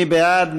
מי בעד?